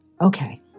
Okay